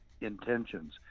intentions